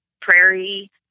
prairie